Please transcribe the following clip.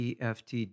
EFT